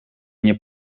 nie